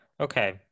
Okay